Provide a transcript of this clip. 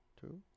two